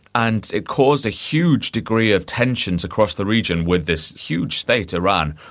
and it caused a huge degree of tensions across the region, with this huge state, iran,